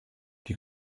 die